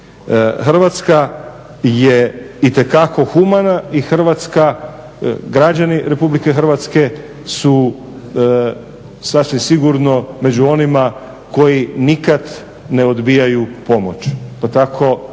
Hrvatska je itekako humana i Hrvatska, građani Republike Hrvatske su sasvim sigurno među onima koji nikad ne odbijaju pomoć pa tako